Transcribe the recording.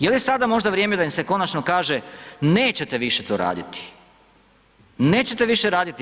Jeli sada možda vrijeme da im se konačno kaže nećete više to raditi, nećete više raditi.